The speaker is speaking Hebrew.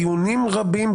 דיונים רבים,